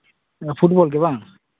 football ᱜᱮ ᱵᱟᱝ